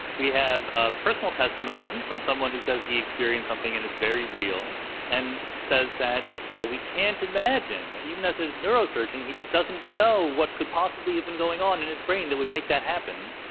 we have ah personal testimony from someone who says he experienced something, and it's very real and says that, well, we can't imagine that, even as a neurosurgeon, he just doesn't know what could possibly have been going on in his brain that would make that happen,